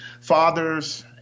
fathers